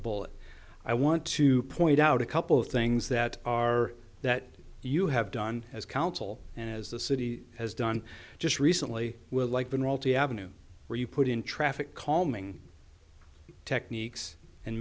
bull i want to point out a couple of things that are that you have done as council and as the city has done just recently with like been royalty avenue where you put in traffic calming techniques and